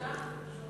תודה.